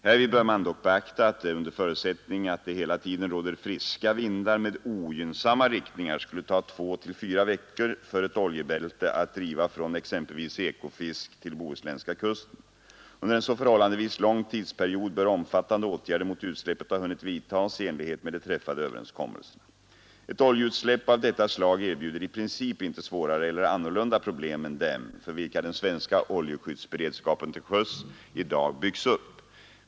Härvid bör man dock beakta att det under förutsättning att det hela tiden råder friska vindar med ogynnsamma riktningar skulle ta 2-4 veckor för ett oljebälte att driva från exempelvis Ekofisk till bohuslänska kusten. Under en så förhållandevis lång tidsperiod bör omfattande åtgärder mot utsläppet ha hunnit vidtas i enlighet med de träffade överenskom melserna. Ett oljeutsläpp av detta slag erbjuder i princip inte svårare eller annorlunda problem än de för vilka den svenska oljeskyddsberedskapen till sjöss i dag byggs upp.